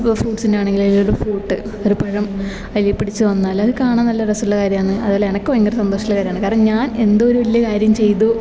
ഇപ്പം ഫ്രൂട്ട്സിൻ്റെ ആണെങ്കിലും അതിലൊരു ഫ്രൂട്ട് ഒരു പഴം അതിൽ പിടിച്ച് വന്നാലത് കാണാൻ നല്ല രസമുള്ള കാര്യമാന്ന് അതുപോലെ എനിക്ക് ഭയങ്കര സന്തോഷമുള്ള കാര്യമാന്ന് കാര്യം ഞാൻ എന്തോ ഒരു വലിയ കാര്യം ചെയ്തു